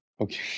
Okay